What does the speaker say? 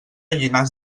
llinars